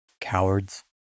cowards